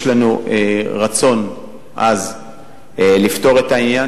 יש לנו רצון עז לפתור את העניין.